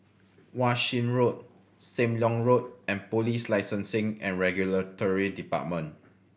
Wan Shih Road Sam Leong Road and Police Licensing and Regulatory Department